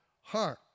heart